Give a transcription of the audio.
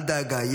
אל דאגה,